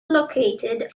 located